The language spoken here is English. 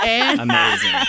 Amazing